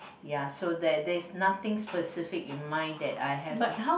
ya so there there is nothing specific in mind that I have some